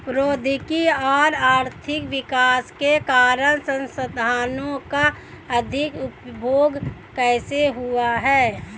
प्रौद्योगिक और आर्थिक विकास के कारण संसाधानों का अधिक उपभोग कैसे हुआ है?